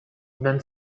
been